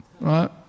Right